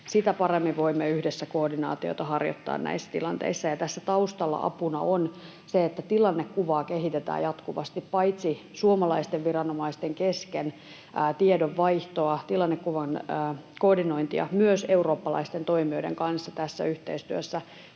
sitä paremmin voimme yhdessä koordinaatiota harjoittaa näissä tilanteissa. Tässä taustalla apuna on se, että tilannekuvaa kehitetään jatkuvasti paitsi suomalaisten viranomaisten kesken — tiedonvaihtoa, tilannekuvan koordinointia — myös eurooppalaisten toimijoiden kanssa yhteistyössä: